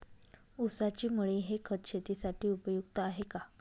ऊसाची मळी हे खत शेतीसाठी उपयुक्त आहे का?